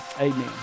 amen